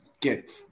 get